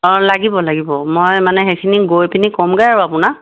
অঁ লাগিব লাগিব মই মানে সেইখিনি গৈ পিনি ক'মগৈ আৰু আপোনাৰ